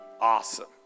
awesome